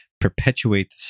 Perpetuate